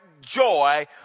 joy